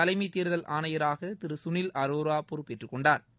தலைமைதேர்தல் ஆணையராகதிருகனில் அரோராபொறுப்பேற்றுகொண்டாா்